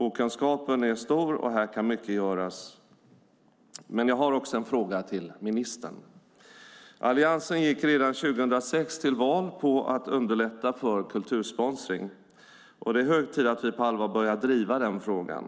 Okunskapen är stor, och här kan mycket göras. Jag har också ett par frågor till ministern. Alliansen gick redan 2006 till val på att underlätta för kultursponsring. Det är hög tid att vi på allvar börja driva frågan.